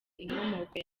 inkomoko